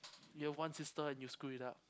you have one sister and you screw it up